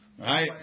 Right